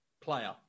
player